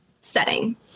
setting